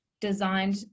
designed